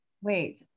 wait